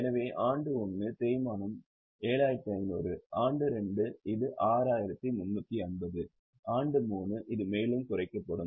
எனவே ஆண்டு 1 தேய்மானம் 7500 ஆண்டு 2 இது 6350 ஆண்டு 3 இது மேலும் குறைக்கப்படும்